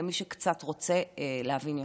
למי שרוצה להבין יותר.